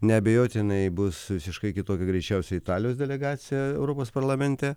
neabejotinai bus visiškai kitokia greičiausiai italijos delegacija europos parlamente